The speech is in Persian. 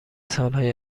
سالهای